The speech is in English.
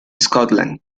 scotland